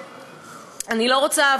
אני לא רוצה,